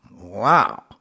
Wow